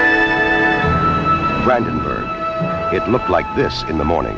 it looked like this in the morning